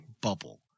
bubble